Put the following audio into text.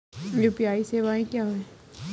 UPI सवायें क्या हैं?